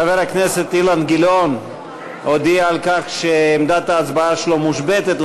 חבר הכנסת אילן גילאון הודיע על כך שעמדת ההצבעה שלו מושבתת,